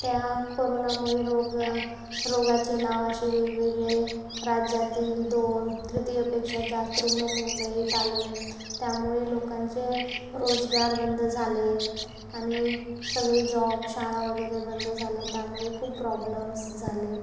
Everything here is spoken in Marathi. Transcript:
त्या कोरोनामुळे रोग रोगाचे नाव असे वेगवेगळे राज्यातील दोन त्रितियपेक्षा जास्त रुग्ण मुंबईत आले त्यामुळे लोकांचे रोजगार बंद झाले आणि सगळे जॉब शाळा वगैरे बंद झाले त्यामुळे खूप प्रॉब्लम्स झाले